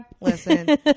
Listen